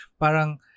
Parang